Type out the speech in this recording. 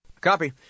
Copy